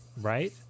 right